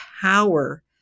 power